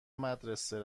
مدرسه